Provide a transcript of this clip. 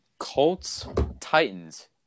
Colts-Titans